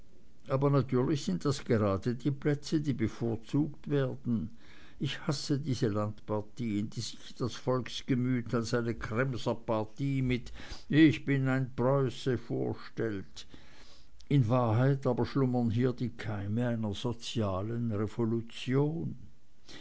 aber natürlich sind das gerade die plätze die bevorzugt werden ich hasse diese landpartien die sich das volksgemüt als eine kremserpartie mit ich bin ein preuße vorstellt in wahrheit aber schlummern hier die keime einer sozialen revolution